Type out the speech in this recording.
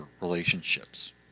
relationships